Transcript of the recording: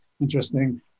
interesting